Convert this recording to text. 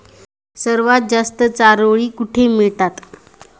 सर्वात जास्त चारोळी कुठे मिळतात?